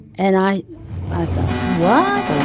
and i i thought, what?